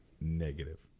negative